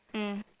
mm